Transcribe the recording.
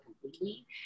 completely